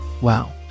wow